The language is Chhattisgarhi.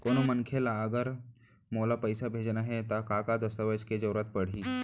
कोनो मनखे ला अगर मोला पइसा भेजना हे ता का का दस्तावेज के जरूरत परही??